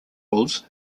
rules